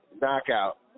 Knockout